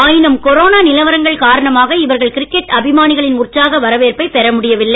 ஆயினும் கொரோனா நிலவரங்கள் காரணமாக இவர்கள் கிரிக்கெட் அபிமானிகளின் உற்சாக வரவேற்பைப் பெற முடியவில்லை